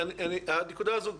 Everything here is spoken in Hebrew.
לגבי הנקודה הזאת,